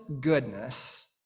goodness